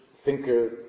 thinker